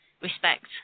respect